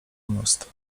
most